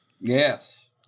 Yes